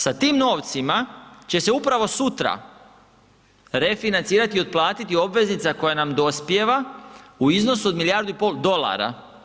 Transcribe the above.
Sa tim novcima će se upravo sutra refinancirati i otplatiti obveznica koja nam dospijeva u iznosu od milijardu i pol dolara.